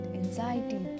anxiety